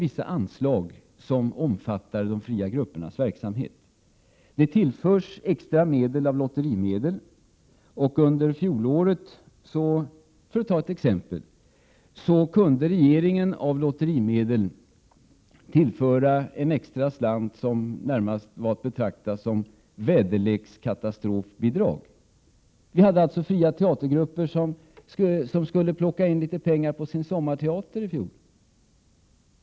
Bl.a. tillförs de fria grupperna extra medel från lotteriverksamhet. Under fjolåret kunde regeringen t.ex. tillföra en extra slant av lotterimedlen, vilket närmast var att betrakta som väderlekskatastrofbidrag. Några fria teatergrupper skulle försöka få in litet pengar på sin sommarteater i fjol.